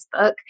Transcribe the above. Facebook